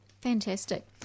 Fantastic